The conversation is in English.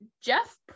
Jeff